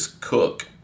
cook